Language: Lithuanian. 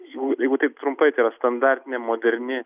jų jeigu taip trumpai tai yra standartinė moderni